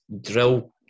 drill